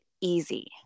easy